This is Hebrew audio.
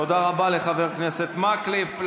תודה רבה לחבר הכנסת מקלב.